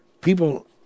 people